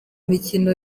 mikino